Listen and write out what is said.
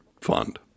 fund